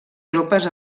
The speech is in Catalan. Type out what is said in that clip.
tropes